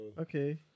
okay